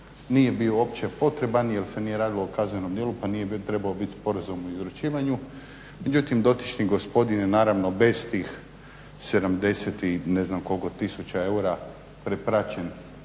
nije bio uopće potreban jer se nije radilo o kaznenom djelu pa nije trebao biti sporazum o izručivanju. Međutim dotični gospodin je bez tih 70 i ne znam koliko tisuća eura prepraćen